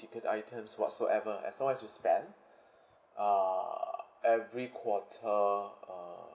ticket items whatsoever as long as you spend uh every quarter uh